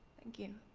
thank you.